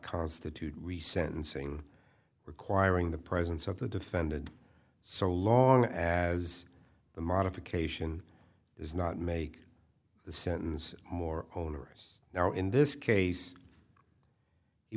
constitute sentencing requiring the presence of the defended so long as the modification does not make the sentence more onerous now in this case he